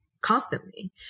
constantly